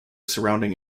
surrounding